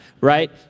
right